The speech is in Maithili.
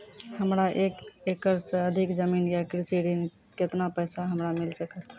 हमरा एक एकरऽ सऽ अधिक जमीन या कृषि ऋण केतना पैसा हमरा मिल सकत?